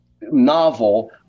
novel